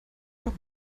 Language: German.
doch